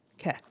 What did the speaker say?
Okay